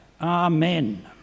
Amen